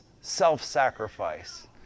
self-sacrifice